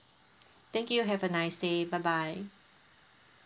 thank you have a nice day bye bye